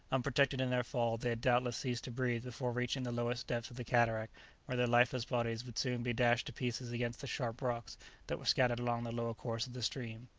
unprotected in their fall, they had doubtless ceased to breathe before reaching the lowest depths of the cataract where their lifeless bodies would soon be dashed to pieces against the sharp rocks that were scattered along the lower course of the stream.